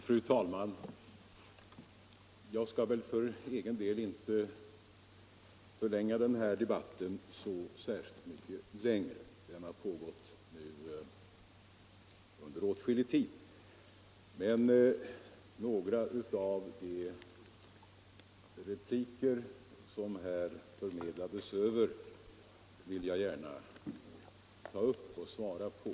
Fru talman! Jag skall för egen del inte förlänga debatten så mycket mer. Den har nu pågått under åtskillig tid. Men några av de repliker som förmedlats vill jag gärna ta upp och svara på.